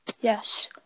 Yes